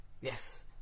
yes